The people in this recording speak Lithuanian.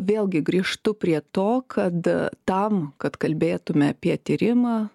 vėlgi grįžtu prie to kad tam kad kalbėtume apie tyrimą